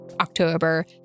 October